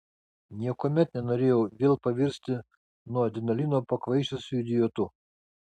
niekuomet nenorėjau vėl pavirsti nuo adrenalino pakvaišusiu idiotu